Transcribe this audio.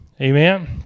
Amen